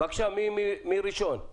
בבקשה, מי מדבר ראשון?